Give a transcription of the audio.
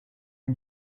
une